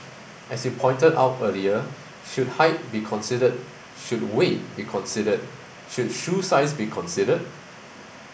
as you pointed out earlier should height be considered should weight be considered should shoe size be considered